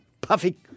Puffy